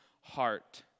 heart